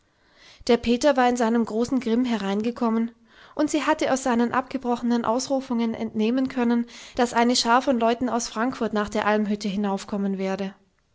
der peter war in seinem großen grimm heimgekommen und sie hatte aus seinen abgebrochenen ausrufungen entnehmen können daß eine schar von leuten aus frankfurt nach der almhütte hinaufkommen werde